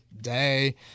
day